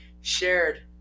shared